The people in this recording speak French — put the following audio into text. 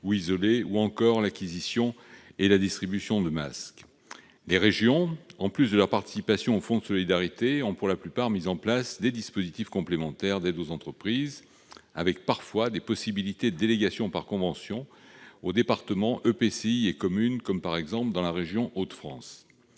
ou isolées, ou encore l'acquisition et la distribution de masques. Les régions, en plus de leur participation au fonds de solidarité, ont pour la plupart mis en place des dispositifs complémentaires d'aides aux entreprises avec parfois des possibilités de délégation par convention aux départements, aux EPCI ou aux communes, comme dans les Hauts-de France.